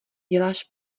děláš